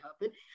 happen